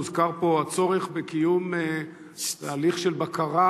הוזכר פה הצורך בקיום תהליך של בקרה,